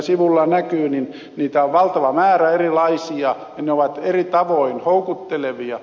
sivulla näkyy niitä on valtava määrä erilaisia ja ne ovat eri tavoin houkuttelevia